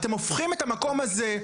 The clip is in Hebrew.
אתם הופכים את המקום הזה,